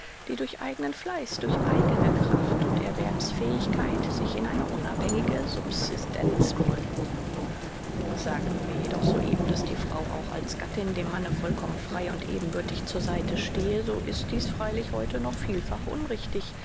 die durch eigenen fleiß durch eigene kraft und erwerbsfähigkeit sich eine unabhängige subsistenz gründen sagten wir jedoch soeben daß die frau auch als gattin dem manne vollkommen frei und ebenbürtig zur seite stehe so ist dies freilich heute noch vielfach unrichtig